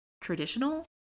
traditional